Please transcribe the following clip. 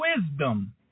wisdom